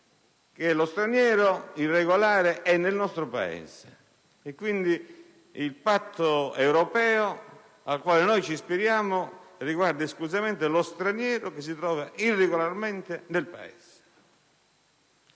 che lo straniero irregolare è nel nostro Paese e quindi il Patto europeo al quale noi ci ispiriamo riguarda esclusivamente lo straniero che si trova irregolarmente nel Paese.